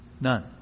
None